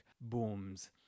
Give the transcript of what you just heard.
booms